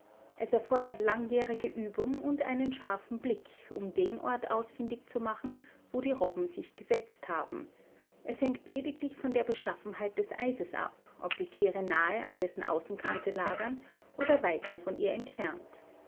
es erfordert langjährige übung und einen scharfen blick um den ort ausfindig zu machen wo die robben sich gesetzt haben es hängt lediglich von der beschaffenheit des eises ab ob die tiere nahe an dessen außenkante lagern oder weiter von ihr entfernt